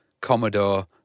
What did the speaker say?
Commodore